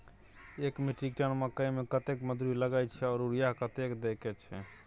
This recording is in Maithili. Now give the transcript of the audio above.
एक मेट्रिक टन मकई में कतेक मजदूरी लगे छै आर यूरिया कतेक देके छै?